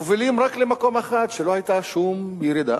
מובילים רק למקום אחד, שלא היתה שום ירידה.